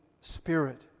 Spirit